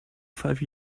five